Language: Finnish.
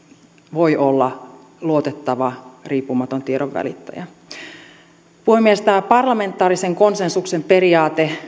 voi olla luotettava riippumaton tiedonvälittäjä puhemies tämä parlamentaarisen konsensuksen periaate